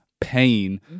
pain